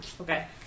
okay